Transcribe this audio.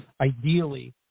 ideally